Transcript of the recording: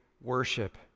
worship